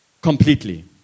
completely